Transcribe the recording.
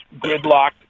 gridlocked